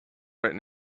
right